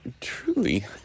truly